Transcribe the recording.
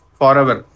forever